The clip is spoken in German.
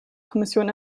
kommission